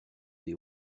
des